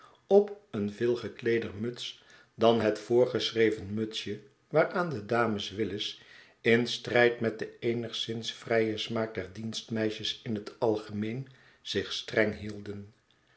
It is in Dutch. op een veel gekleed er muts dan het voorgeschreven mutsje waaraan de dames willis in strijd met den eenigszins vrijen smaak der dienstmeisjes in het algemeen zich streng hielden